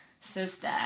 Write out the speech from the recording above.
Sister